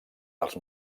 dels